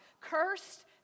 cursed